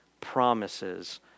promises